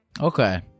okay